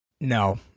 No